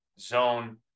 zone